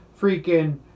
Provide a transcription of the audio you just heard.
freaking